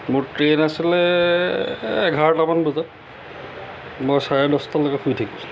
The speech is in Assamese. মোৰ ট্ৰেইন আছিলে এঘাৰটামান বজাত মই চাৰে দছটালৈকে শুই থাকিলোঁ